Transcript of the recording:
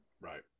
Right